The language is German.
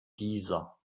dieser